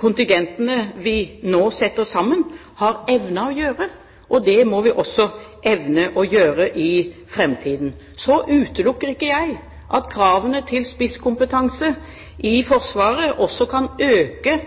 kontingentene vi nå setter sammen, har evnet å gjøre, og det må vi også evne å gjøre i framtiden. Så utelukker ikke jeg at kravene til spisskompetanse i Forsvaret også kan øke